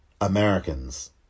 Americans